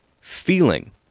feeling